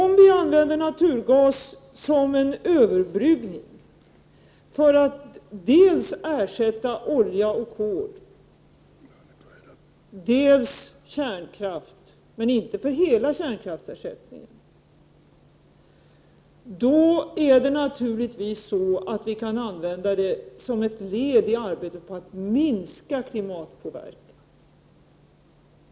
Om vi använder naturgas som en överbryggning för att dels ersätta olja och kol, dels ersätta kärnkraft men inte all kärnkraft, kan vi naturligtvis använda det som ett led i arbetet på att minska klimatpåverkan.